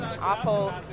awful